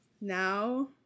now